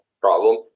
problem